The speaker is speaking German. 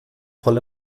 voll